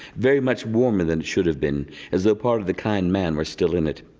very much warmer than it should have been as though part of the kind man were still in it.